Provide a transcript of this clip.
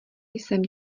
jsem